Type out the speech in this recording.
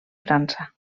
frança